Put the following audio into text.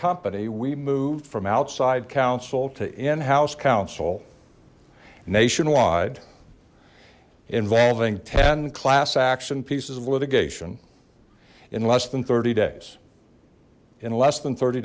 company we moved from outside counsel to in house counsel nationwide involving ten class action pieces of litigation in less than thirty days in less than thirty